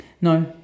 No